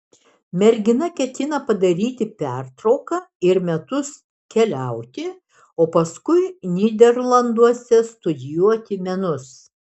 mergina ketina padaryti pertrauka ir metus keliauti o paskui nyderlanduose studijuoti menus